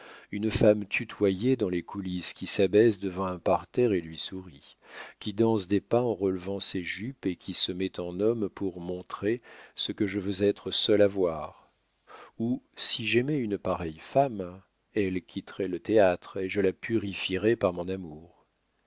une femme tutoyée dans les coulisses qui s'abaisse devant un parterre et lui sourit qui danse des pas en relevant ses jupes et qui se met en homme pour montrer ce que je veux être seul à voir ou si j'aimais une pareille femme elle quitterait le théâtre et je la purifierais par mon amour